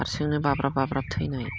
हारसिंनो बाब्राब बाब्राब थैनाय